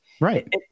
right